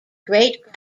great